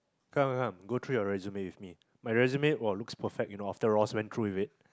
come come come go through your resume with me my resume !woah! looks perfect you know after Ross went through with it